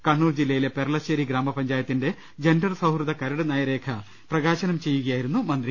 കണ്ണൂർ ജില്ലയിലെ പെരളശ്ശേരി ഗ്രാമപഞ്ചായത്തിന്റെ ജന്റർ സൌഹൃദ ്കരട് നയരേഖ പ്രകാശനം ചെയ്യുക യായിരുന്നു മന്ത്രി